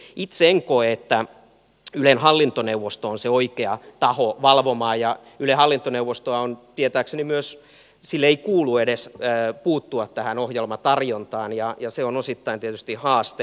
itse en koe että ylen hallintoneuvosto on se oikea taho valvomaan ja ylen hallintoneuvostolle ei tietääkseni myöskään kuulu edes puuttua tähän ohjelmatarjontaan ja se on osittain tietysti haaste